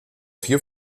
vier